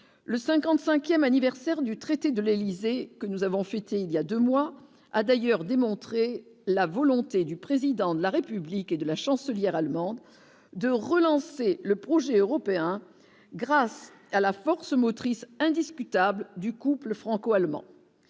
le 55ème anniversaire du traité de l'Élysée, que nous avons fêté il y a 2 mois, a d'ailleurs démontré la volonté du président de la République et de la chancelière allemande de relancer le projet européen grâce à la force motrice indiscutable du couple franco-allemand,